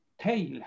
tail